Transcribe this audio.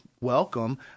welcome